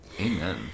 Amen